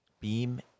Beam